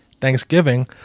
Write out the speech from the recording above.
Thanksgiving